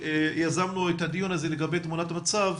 כשיזמנו את הדיון הזה לגבי תמונת מצב,